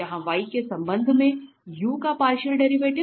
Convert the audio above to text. यहाँ y के संबंध में u का पार्शियल डेरिवेटिव